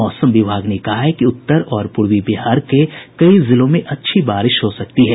मौसम विभाग ने कहा है कि उत्तर और पूर्वी बिहार के कई जिलों में अच्छी बारिश हो सकती है